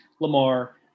Lamar